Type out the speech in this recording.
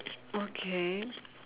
okay